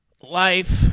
Life